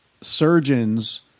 surgeons